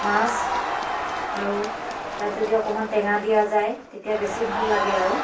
মাছ আৰু তাত যদি অকণমান টেঙা দিয়া যায় তেতিয়া বেছি ভাল লাগে আৰু